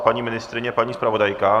Paní ministryně, paní zpravodajka?